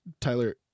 Tyler